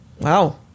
Wow